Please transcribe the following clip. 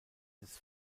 des